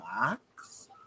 Max